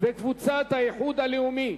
קבוצת רע"ם-תע"ל וקבוצת האיחוד הלאומי.